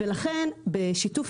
לכן, בשיתוף